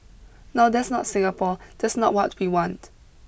now that's not Singapore that's not what we want